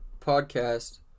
podcast